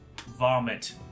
vomit